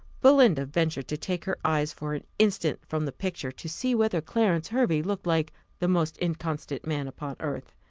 belinda ventured to take her eyes for an instant from the picture, to see whether clarence hervey looked like the most inconstant man upon earth.